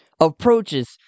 Approaches